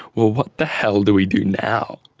what the hell do we do now?